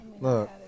Look